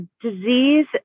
disease